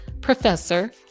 professor